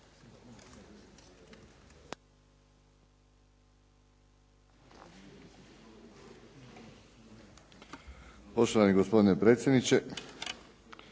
Poštovani gospodine predsjedniče,